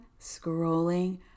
Scrolling